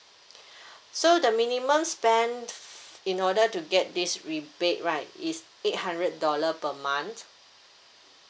so the minimum spend in order to get this rebate right is eight hundred dollar per month